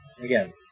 Again